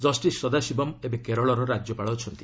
justice Sathasivam ଏବେ କେରଳର ରାଜ୍ୟପାଳ ଅଛନ୍ତି